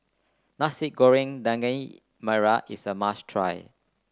Nasi Goreng Daging Merah is a must try